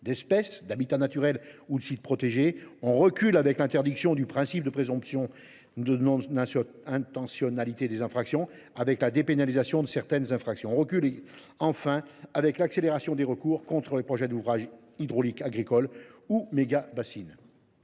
d’espèces, d’habitats naturels ou de sites protégés. On recule avec l’introduction du principe de présomption de non intentionnalité des infractions et avec la dépénalisation de certaines d’entre elles. On recule, enfin, avec l’accélération des recours contre les projets d’ouvrage hydraulique agricole, ou mégabassines.